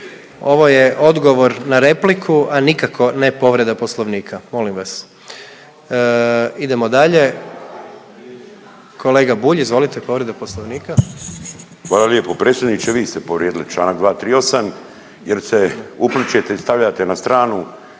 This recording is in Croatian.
Ovo je odgovor na repliku, a nikako ne povreda Poslovnika. Molim vas! Idemo dalje. Kolega Bulj, izvolite povreda Poslovnika. **Bulj, Miro (MOST)** Hvala lijepo. Predsjedniče vi ste povrijedili članak 238. jer se uplićete i stavljate na stranu